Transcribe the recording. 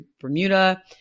Bermuda